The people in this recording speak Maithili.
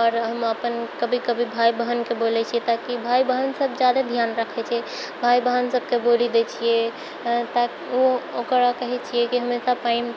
आओर अपन कभी कभी भाइ बहिनके बोलै छिए तऽ कि भाइ बहिनसब ज्यादा ध्यान रखै छै भाइ बहिनसबके बोलि दै छिए तऽ ओकरा कहै छिए कि हमेशा पानि